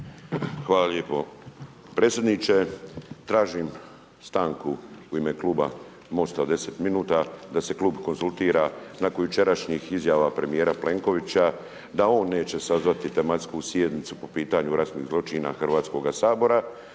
Hvala lijepo. Predsjedniče tražim stanku u ime Kluba Mosta 10 minuta, da se klub konzultira, nakon jučerašnjih izjava premjera Plenkovića, da on neće sazvati tematsku sjednicu po pitanju …/Govornik se ne razumije./… zločina Hrvatskog sabora